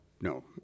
No